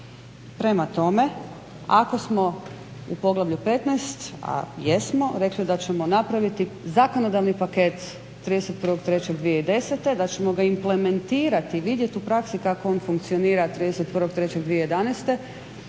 Prema tome, ako smo u Poglavlju 15., a jesmo rekli da ćemo napraviti zakonodavni paket 31.03.2010. da ćemo ga implementirati, vidjeti u praksi kako on funkcionira 31.03.2011.,